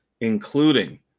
including